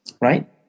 right